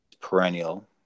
perennial